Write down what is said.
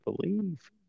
believe